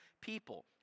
people